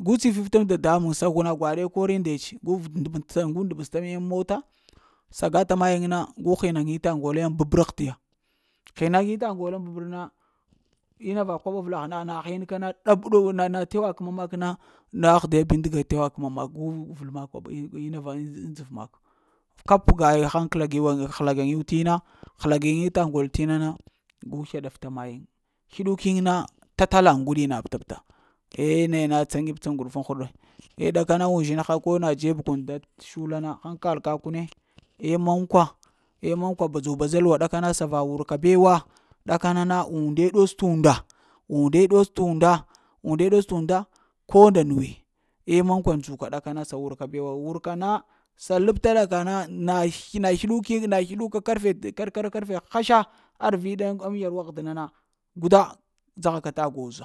Gu tsaviv taŋ dada muŋe sa gu na gwaɗe kor yiŋ ndetse, gu ndəps, gu ndəpes ta mi daŋ mota, saga ta. Mayiŋ na gu ghinya ŋyita lan babəra ughadiya ghinyanyita ŋguln babər na ina va koɓo avlagh na na hinka na, ɗab ɗow na tewa kəma mak na, na aghdiya bindiga na tewa kəma mak, gu vel mak kwaɓa va ina ŋ dzəv maka kap ga yiŋ haŋ kyala giyŋ bəŋ həla ga yuŋ tina. həla gayiŋ ta ngol t’ na na gu slaɗata mayiŋ. Slyiɗukin na tata la ŋguɗi na pta-pta, eh naya na tsa-nib-tsa ŋguɗufuŋ huɗi eh ɗakana uzhiŋha ko na dzeb kun da t shula na haŋkal kakune eh mankwa eh mankwa, badzu-badza luwa ɗakana sa va wurka bewa, ɗakana na ude ɗots t’ unda. Unde ɗots t'unda, unɗe dots t unda ko nda nuwe eh mankwa ndzoka ɗakana sa warka bewa, wurka na sa labtala ka na na sluɗ na sluɗuk yiŋ, na sluɗuka karfe karfe hasha arviɗe ŋ yarwa aghdana na guda dzaha ka da gwoza,